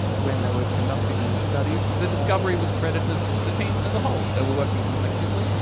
when they were conducting these studies, the discovery was credited to the team as a whole. they were working collectively,